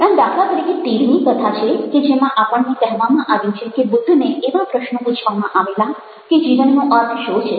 આમ દાખલા તરીકે તીરની કથા કે જેમાં આપણને કહેવામાં આવ્યું છે કે બુદ્ધને એવા પ્રશ્નો પૂછવામાં આવેલા કે જીવનનો અર્થ શો છે